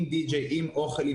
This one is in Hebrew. עם אוכל,